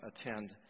attend